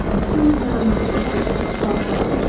two drams of salt of tartar,